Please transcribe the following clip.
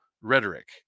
rhetoric